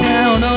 Down